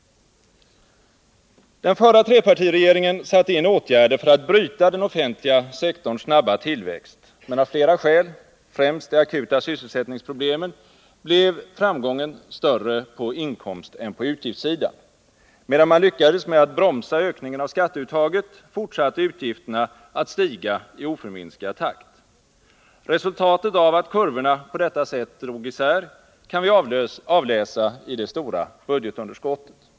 Den förra trepartiregeringen satte in åtgärder för att bryta den offentliga sektorns snabba tillväxt, men av flera skäl — främst de akuta sysselsättningsproblemen — blev framgången större på inkomstän på utgiftssidan. Medan man lyckades med att bromsa ökningen av skatteuttaget, fortsatte utgifterna att stiga i oförminskad takt. Resultatet av att kurvorna på detta sätt drog isär kan vi avläsa i det stora budgetunderskottet.